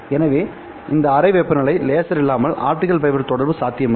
எனவே இந்த அறை வெப்பநிலை லேசர் இல்லாமல் ஆப்டிகல் ஃபைபர் தொடர்பு சாத்தியமில்லை